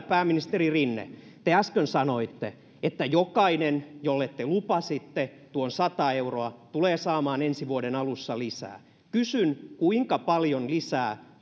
pääministeri rinne te äsken sanoitte että jokainen jolle te lupasitte tuon sata euroa tulee saamaan ensi vuoden alussa lisää kysyn kuinka paljon lisää